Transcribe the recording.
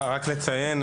רק לציין,